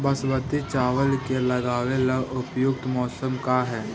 बासमती चावल के लगावे ला उपयुक्त मौसम का है?